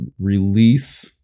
release